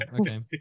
okay